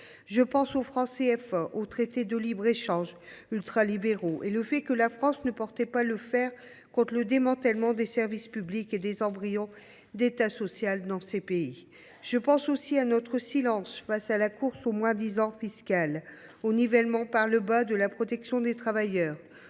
Je pense au franc CFA, aux traités de libre échange ultralibéraux et au fait que la France n’a pas porté le fer contre le démantèlement des services publics et des embryons d’État social dans ces pays. Je pense aussi à notre silence face à la course au moins disant fiscal, au nivellement par le bas de la protection des travailleurs,